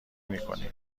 میکنیم